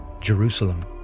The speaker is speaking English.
Jerusalem